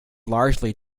largely